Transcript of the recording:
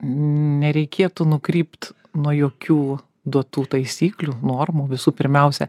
nereikėtų nukrypt nuo jokių duotų taisyklių normų visų pirmiausia